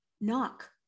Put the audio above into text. Knock